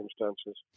circumstances